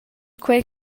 quei